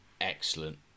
excellent